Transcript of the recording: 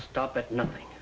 stop at nothing